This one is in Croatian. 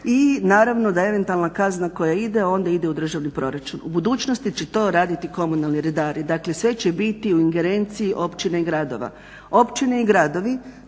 I naravno da eventualna kazna koja ide, onda ide u državni proračun. U budućnosti će to raditi komunalni redari. Dakle, sve će biti u ingerenciji općine i gradova. Općine i gradovi